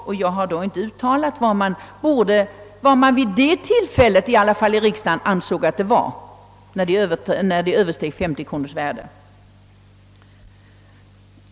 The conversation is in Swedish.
Riksdagens uttalande att gåvor av detta slag inte får överstiga 50 kronors värde står alltså fast.